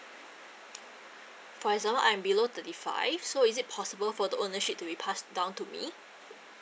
for example I'm below thirty five so is it possible for the ownership to be passed down to me